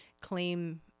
claim